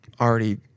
Already